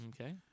Okay